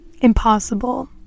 impossible